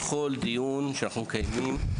בכל דיון שאנחנו מקיימים,